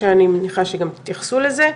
אני מניחה שגם תתייחסו לזה.